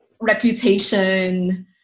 Reputation